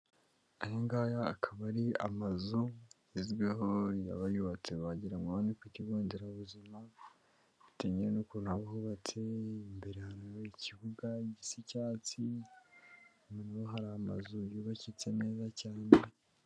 Aya ngaya akaba ari amazu agezweho yaba yubatse wagirango aha ni ku kigo nderabuzima bitewe n'ukuntu hubatse, imbere ikibuga gisa icyatsi, naho hari amazu yubakitse neza cyane.